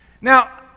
Now